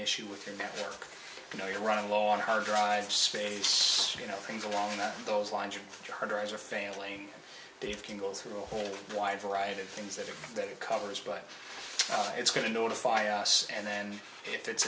issue with your network you know you're running low on hard drive space you know things are one of those lines of cars are failing they can go through a whole wide variety of things that it that it covers but it's going to notify us and then if it's